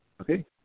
okay